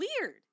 weird